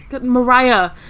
Mariah